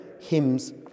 hymns